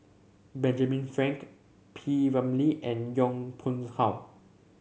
Benjamin Frank P Ramlee and Yong Pungs How